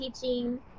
teaching